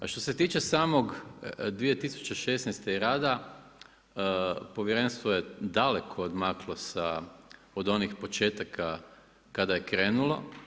A što se tiče samog 2016. i rada povjerenstvo je daleko odmaklo od onih početaka kada je krenulo.